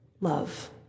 love